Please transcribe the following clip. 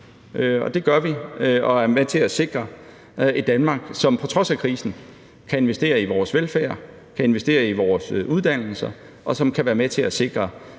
primært, som er med til at sikre, at vi på trods af krisen kan investere i vores velfærd, i vores uddannelser, og som kan være med til at sikre,